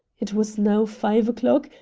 it was now five o'clock,